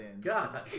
God